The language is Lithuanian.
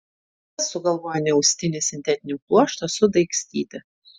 kas sugalvojo neaustinį sintetinį pluoštą sudaigstyti